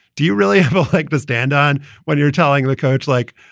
do you really have a leg to stand on when you're telling the coach like.